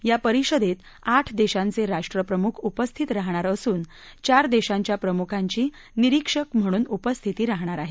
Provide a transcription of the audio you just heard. या परिषदेत आठ देशांचे राष्ट्रप्रमुख उपस्थित राहणार असून चार देशांच्या प्रमुखांची निरीक्षक म्हणून उपस्थिती राहणार आहे